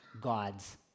God's